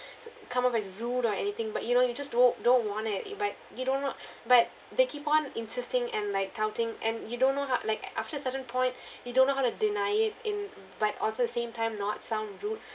come off as rude or anything but you know you just don't don't want it i~ but you don't not but they keep on insisting and like touting and you don't know ha~ like after a certain point you don't know how to deny it in but also the same time not sound rude